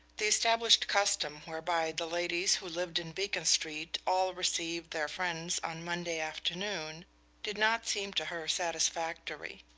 the established custom whereby the ladies who live in beacon street all receive their friends on monday afternoon did not seem to her satisfactory.